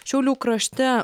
šiaulių krašte